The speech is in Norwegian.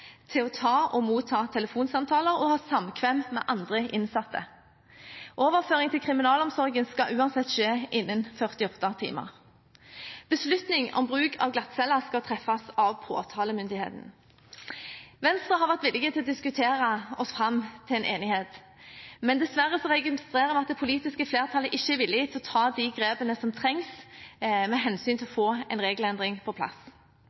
til å ta og motta telefonsamtaler og til å ha samkvem med andre innsatte. Overføring til kriminalomsorgen skal uansett skje innen 48 timer. Beslutning om bruk av glattcelle skal treffes av påtalemyndigheten. Vi i Venstre har vært villige til å diskutere oss fram til en enighet, men dessverre registrerer vi at det politiske flertallet ikke er villig til å ta de grepene som trengs, med hensyn til å få en regelendring på plass